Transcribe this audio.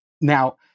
Now